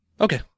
Okay